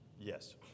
Yes